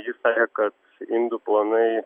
ji sakė kad indų planai